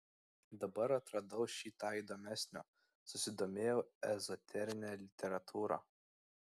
dabar atradau šį tą įdomesnio susidomėjau ezoterine literatūra